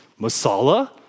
Masala